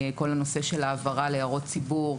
כל הנושא של העברה להערות ציבור,